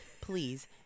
Please